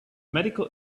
medical